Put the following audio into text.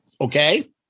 Okay